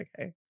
okay